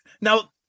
Now